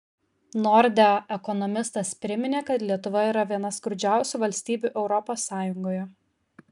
nordea ekonomistas priminė kad lietuva yra viena skurdžiausių valstybių europos sąjungoje